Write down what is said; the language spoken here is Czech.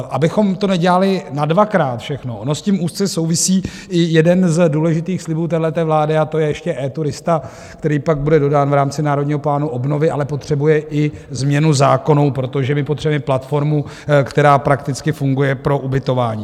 Abychom to nedělali nadvakrát všechno, on s tím úzce souvisí i jeden z důležitých slibů téhleté vlády, a to je ještě eTurista, který pak bude dodán v rámci Národního plánu obnovy, ale potřebuje i změnu zákonů, protože my potřebujeme platformu, která prakticky funguje pro ubytování.